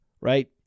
right